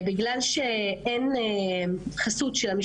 אתייחס לדברים שהם קצת משותפים בין שתי החברות היהודית והערבית,